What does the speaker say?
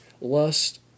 Lust